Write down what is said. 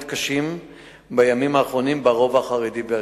קשים בימים האחרונים ברובע החרדי באשדוד.